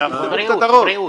בריאות.